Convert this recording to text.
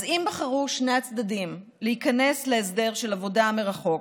אז אם בחרו שני הצדדים להיכנס להסדר של עבודה מרחוק,